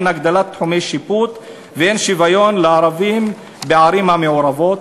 אין הגדלת תחומי שיפוט ואין שוויון לערבים בערים המעורבות.